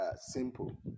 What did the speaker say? simple